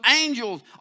angels